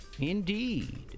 Indeed